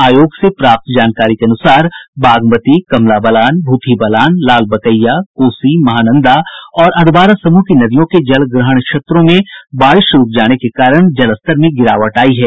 आयोग से प्राप्त जानकारी के अनुसार बागमती कमला बलान भूतही बलान लालबकैया कोसी महानंदा और अधवारा समूह की नदियों के जलग्रहण क्षेत्रों में बारिश रूक जाने के कारण जलस्तर में गिरावट आयी है